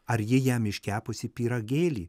ar ji jam iškepusi pyragėlį